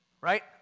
Right